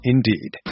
Indeed